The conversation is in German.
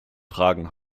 tragen